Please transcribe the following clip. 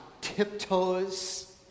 tiptoes